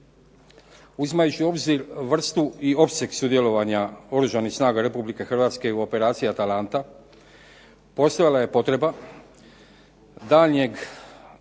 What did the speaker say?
Uzimajući u obzir vrstu i opseg sudjelovanja Oružanih snaga Republike Hrvatske u operaciji „Atalanta“ postojala je potreba daljnjeg